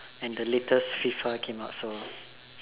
and the latest F_I_F_A came out so